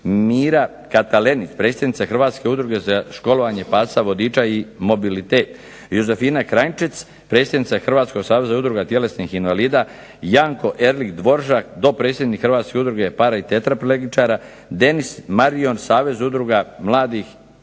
Mira Katalenić predsjednica Hrvatske udruge za školovanje pasa vodiča i mobilitet. Jozefina Kranjčec predsjednica Hrvatskog saveza udruga tjelesnih invalida. Janko Ervik Dvoržak dopredsjednik Hrvatske udruge para i tetraplegičara. Denis Marion Saveza udruga mladih i